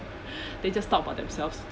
they just talk about themselves